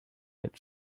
had